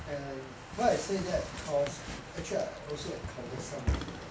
and why I say that because actually I also encounter some of the